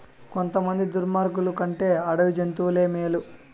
కొంతమంది దుర్మార్గులు కంటే అడవి జంతువులే మేలు